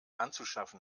anzuschaffen